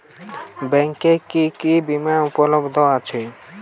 ব্যাংকে কি কি বিমা উপলব্ধ আছে?